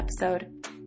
episode